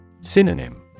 Synonym